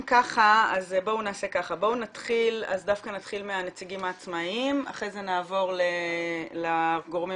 --- נתחיל מהנציגים העצמאיים ונעבור לגורמים